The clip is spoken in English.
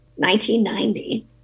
1990